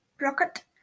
rocket